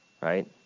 right